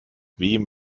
wem